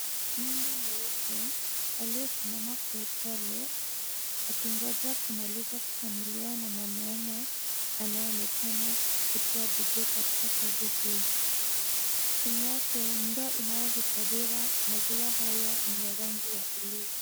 Ng'ombe mweupe aliyesimama kwa upole, akingoja kumaliza kukamuliwa na mwanaume anayeonekana kutia bidii katika kazi hii. Chini yake ndoo inayohifadhiwa maziwa haya ni ya rangi ya buluu .